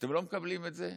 אתם לא מקבלים את זה?